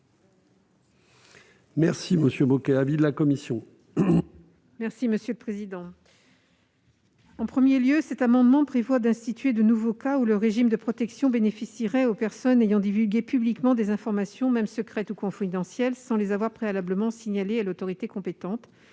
exemple. Quel est l'avis de la commission ? En premier lieu, cet amendement prévoit d'instituer de nouveaux cas où le régime de protection bénéficierait aux personnes ayant divulgué des informations, même secrètes ou confidentielles, sans les avoir préalablement signalées à l'autorité compétente,